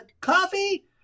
coffee